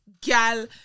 gal